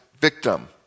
victim